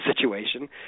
situation